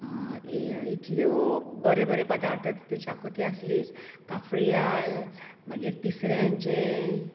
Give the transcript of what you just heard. इतल्यो बरे बरे पदार्थ तितूंत शाकुती आसलीच काफ्रियाल मागीर तिसऱ्यांचें